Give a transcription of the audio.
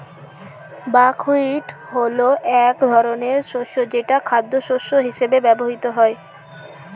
buckwheat হলো এক ধরনের শস্য যেটা খাদ্যশস্য হিসেবে ব্যবহৃত হয়